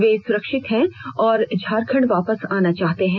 वे सुरक्षित हैं और झारखंड वापस आना चाहते हैं